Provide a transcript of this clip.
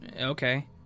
okay